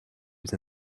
with